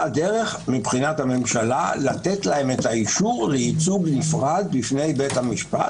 דרך מבחינת הממשלה לתת להם את האישור לייצוג נפרד בפני בית המשפט,